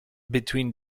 between